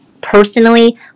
personally